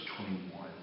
21